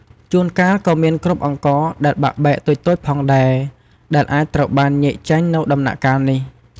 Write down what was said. ជួនកាល ក៏មានគ្រាប់អង្ករដែលបាក់បែកតូចៗផងដែរ ដែលអាចត្រូវបានញែកចេញនៅដំណាក់កាលនេះ។